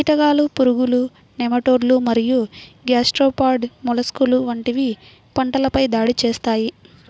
కీటకాలు, పురుగులు, నెమటోడ్లు మరియు గ్యాస్ట్రోపాడ్ మొలస్క్లు వంటివి పంటలపై దాడి చేస్తాయి